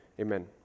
Amen